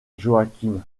joachim